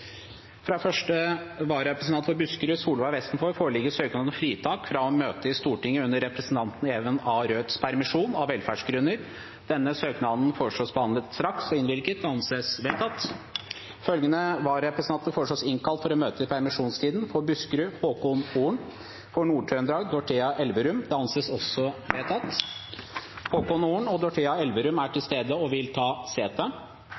Fra første vararepresentant for Buskerud, Solveig Vestenfor , foreligger søknad om fritak fra å møte i Stortinget under representanten Even A. Røeds permisjon, av velferdsgrunner. Etter forslag fra presidenten ble enstemmig besluttet: Søknaden behandles straks og innvilges. Følgende vararepresentanter innkalles for å møte i permisjonstiden: For Buskerud: Håkon Ohren For Nord-Trøndelag: Dorthea Elverum Håkon Ohren og Dorthea Elverum er til stede og vil ta sete.